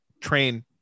train